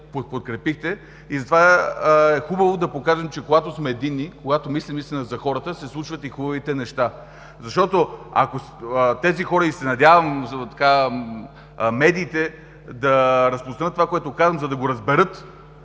и затова е хубаво да покажем, че когато сме единни, когато мислим наистина за хората, се случват и хубавите неща. Защото на тези хора, и се надявам медиите да разпространят това, което казвам, за да го разберат,